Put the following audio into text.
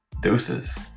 deuces